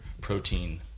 protein